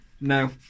No